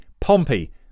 Pompey